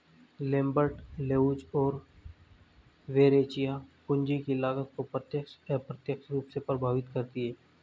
Lambert, Leuz और Verrecchia, पूंजी की लागत को प्रत्यक्ष, अप्रत्यक्ष रूप से प्रभावित करती है